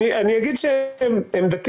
קודם לעמדתי